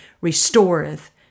restoreth